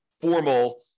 formal